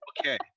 Okay